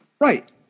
Right